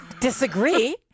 Disagree